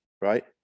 right